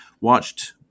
watched